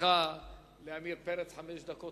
מזמנך לחבר הכנסת עמיר פרץ, חמש דקות?